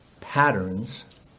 patterns